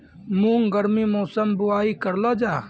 मूंग गर्मी मौसम बुवाई करलो जा?